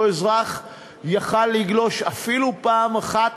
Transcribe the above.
אותו אזרח היה יכול לגלוש אפילו פעם אחת,